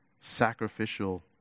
sacrificial